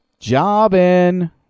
jobin